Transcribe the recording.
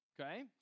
okay